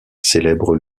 célèbre